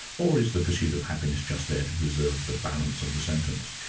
or is the pursuit of happiness just there to preserve the balance of the sentence?